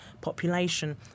population